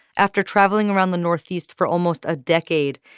after traveling around the northeast for almost a decade,